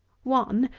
one,